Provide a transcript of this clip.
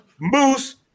Moose